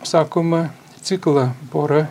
sakoma ciklą pora